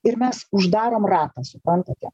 ir mes uždarom ratą suprantate